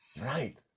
Right